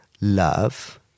love